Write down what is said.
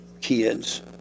kids